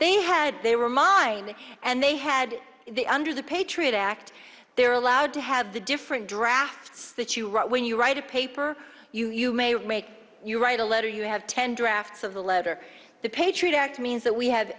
they had they were mine and they had the under the patriot act they were allowed to have the different drafts that you wrote when you write a paper a rake you write a letter you have ten drafts of the letter the patriot act means that we have